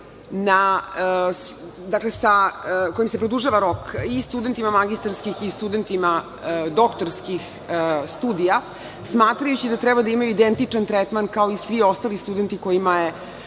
amandman sa kojim se produžava rok i studentima magistarskih i studentima doktorskih studija, smatrajući da treba da imaju identičan tretman kao i svi ostali studenti kojima je